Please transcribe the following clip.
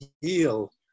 heal